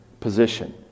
position